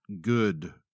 good